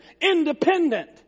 independent